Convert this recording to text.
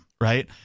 right